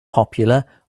popular